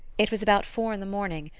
it was about four in the morning,